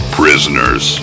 prisoners